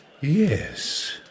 Yes